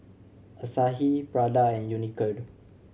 Asahi Prada and Unicurd